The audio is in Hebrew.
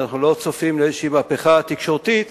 שאנחנו לא צופים איזושהי מהפכה תקשורתית,